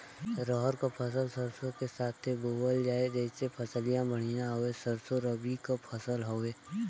रहर क फसल सरसो के साथे बुवल जाले जैसे फसलिया बढ़िया होले सरसो रबीक फसल हवौ